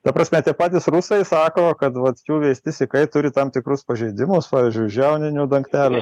ta prasme tie patys rusai sako kad vat jų veisti sykai turi tam tikrus pažeidimus pavyzdžiui žiauninių dangtelių